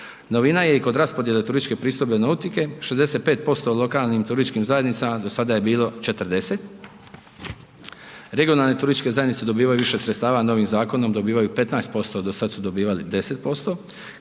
Novina je i kod raspodjele turističke pristojbe nautike, 65% lokalnim turističkim zajednicama do sada je bilo 40. Regionalne turističke zajednice dobivaju više sredstava novim zakonom dobivaju 15% do sad su dobivali 10%.